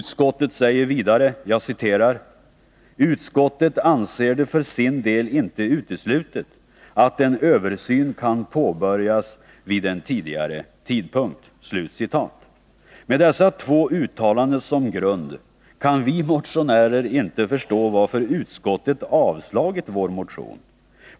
Man säger vidare: ”Utskottet anser det för sin del inte uteslutet att en översyn kan påbörjas vid en tidigare tidpunkt.” Med dessa två uttalanden som grund kan vi motionärer inte förstå varför utskottet avstyrkt vår motion.